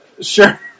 Sure